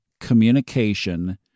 communication